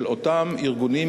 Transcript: של אותם ארגונים,